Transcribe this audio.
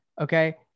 Okay